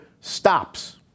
stops